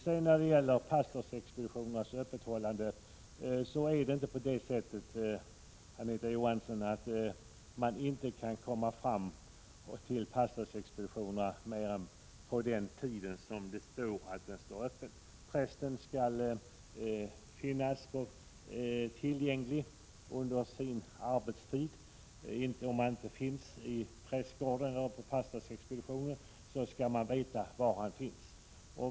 När det sedan gäller pastorsexpeditionernas öppethållande är det inte så, Anita Johansson, att man inte kan komma fram till pastorsexpeditionerna mer än under de angivna öppettiderna. Prästen skall finnas tillgänglig under sin arbetstid. Om prästen inte finns i prästgården eller på pastorsexpeditionen, skall man ändå veta var han finns.